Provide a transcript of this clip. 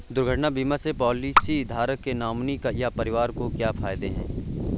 दुर्घटना बीमा से पॉलिसीधारक के नॉमिनी या परिवार को क्या फायदे हैं?